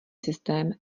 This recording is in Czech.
systém